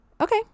okay